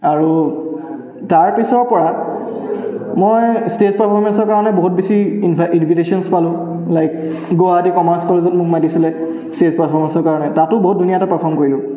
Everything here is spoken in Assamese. আৰু তাৰ পিছৰ পৰা মই ষ্টেজ পাৰফৰ্মেঞ্চৰ কাৰণে মই বহুত বেছি ইনভাইট ইনভিটেশ্যন্ছ পালোঁ লাইক গুৱাহাটী কমাৰ্চ কলেজত মোক মাতিছিলে ষ্টেজ পাৰফৰ্মেঞ্চৰ কাৰণে তাতো বহুত ধুনীয়া এটা পাৰফৰ্ম কৰিলোঁ